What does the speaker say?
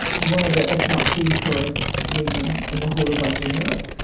one of the, if not the poorest region in the whole of western europe,